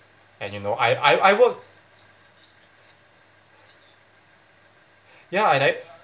and you know I I I work ya I like